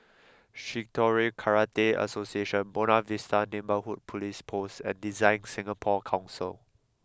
Shitoryu Karate Association Buona Vista Neighbourhood Police Post and DesignSingapore Council